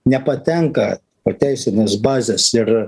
nepatenka teisinės bazės ir